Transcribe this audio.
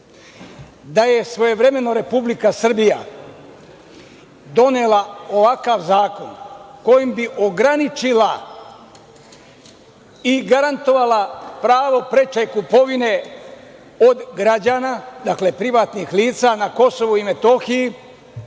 Da je svojevremeno Republika Srbija donela ovakav zakon kojim bi ograničila i garantovala pravo preče kupovine od građana, dakle, privatnih lica na KiM u tom